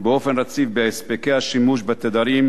באופן רציף בהספקי השימוש בתדרים,